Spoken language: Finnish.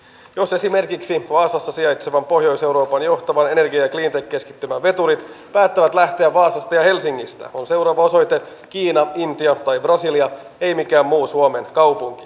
jos esimerkiksi vaasassa sijaitsevan pohjois euroopan johtavan energiatuilta niukasti yleensä edesauttaa ideoiden ajatusten ja helsingistä on seuraava osoite kiina intia tai brasilia ei toisenlaisten menettelytapojen toimintatapojen edistämistä